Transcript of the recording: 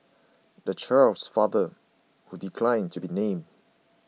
the child's father who declined to be named